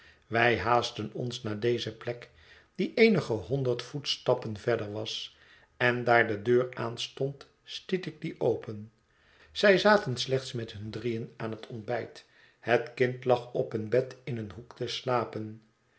wij haastten ons naar deze plek die eenige honderd voetstappen verder was en daar de deur aanstond stiet ik die open zij zaten slechts met hun drieën aan het ontbijt het kind lag op een bed in een hoek te slapen